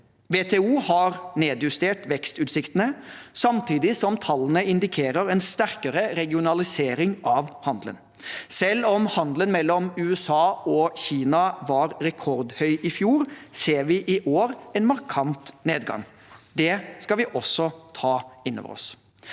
WTO har nedjustert vekstutsiktene, samtidig som tallene indikerer en sterkere regionalisering av handelen. Selv om handelen mellom USA og Kina var rekordhøy i fjor, ser vi i år en markant nedgang. Det skal vi også ta inn over oss.